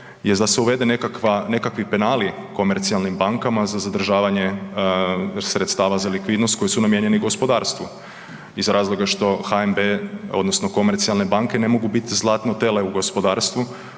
jest da se uvede nekakva, nekakvi penali komercijalnim bankama za zadržavanje sredstava za likvidnost koji su namijenjeni gospodarstvu iz razloga HNB odnosno komercijalne banke ne mogu biti zlatno tele u gospodarstvo